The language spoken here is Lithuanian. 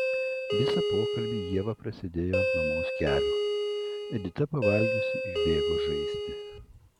visą pokalbį ieva prasėdėjo ant mamos kelių edita pavalgiusi išbėgo žaisti